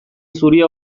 zuria